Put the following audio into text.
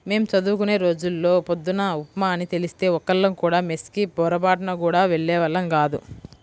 మేం చదువుకునే రోజుల్లో పొద్దున్న ఉప్మా అని తెలిస్తే ఒక్కళ్ళం కూడా మెస్ కి పొరబాటున గూడా వెళ్ళేవాళ్ళం గాదు